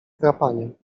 chrapanie